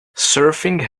surfing